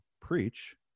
preach